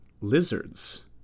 lizards